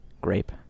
Grape